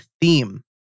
theme